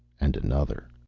and another.